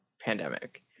pandemic